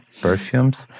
perfumes